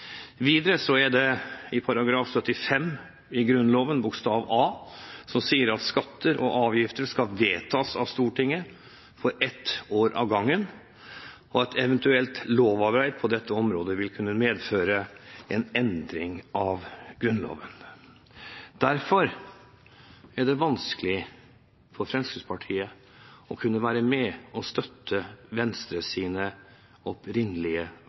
Videre er det § 75 bokstav a i Grunnloven som sier at skatter og avgifter skal vedtas av Stortinget for ett år av gangen, og at eventuelt lovarbeid på dette området vil kunne medføre en endring av Grunnloven. Derfor er det vanskelig for Fremskrittspartiet å kunne være med og støtte Venstres opprinnelige